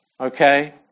Okay